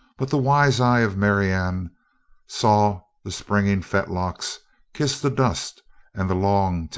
but the wise eye of marianne saw the springing fetlocks kiss the dust and the long,